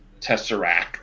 tesseract